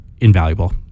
invaluable